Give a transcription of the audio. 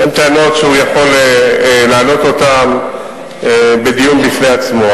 הן טענות שהוא יכול להעלות אותן בדיון בפני עצמו.